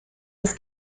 das